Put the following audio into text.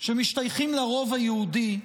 שמשתייכים לרוב היהודי,